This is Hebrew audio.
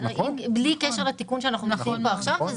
בלי קשר לתיקון שאנחנו נוגעים בו עכשיו.